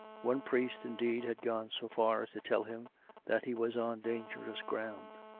one priest, indeed, had gone so far as to tell him that he was on dan gerous ground.